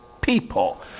people